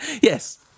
Yes